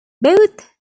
both